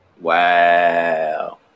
Wow